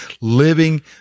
living